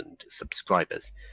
subscribers